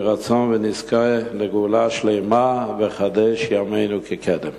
יהי רצון שנזכה לגאולה שלמה ונחדש ימינו כקדם.